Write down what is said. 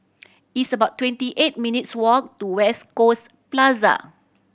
it's about twenty eight minutes' walk to West Coast Plaza